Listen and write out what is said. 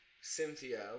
Cynthia